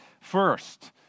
First